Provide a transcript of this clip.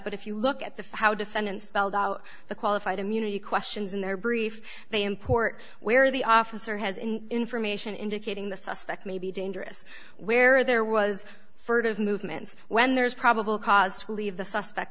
but if you look at the for how defendants spelled out the qualified immunity questions in their brief they import where the officer has information indicating the suspect may be dangerous where there was furtive movements when there is probable cause to believe the suspect